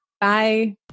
Bye